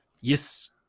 Yes